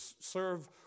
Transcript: serve